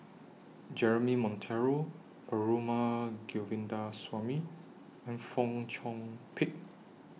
Jeremy Monteiro Perumal Govindaswamy and Fong Chong Pik